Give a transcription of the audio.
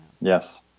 yes